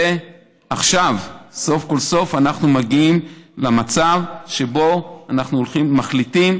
ועכשיו סוף כל סוף אנחנו מגיעים למצב שבו מחליטים: